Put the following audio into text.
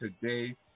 today